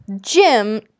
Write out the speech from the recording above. Jim